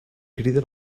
crida